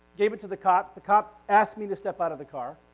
gave it to the cop. the cop asked me to step out of the car.